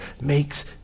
makes